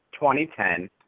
2010